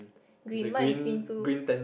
green mine is green too